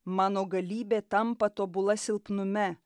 mano galybė tampa tobula silpnume